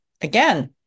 again